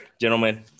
gentlemen